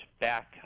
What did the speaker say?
back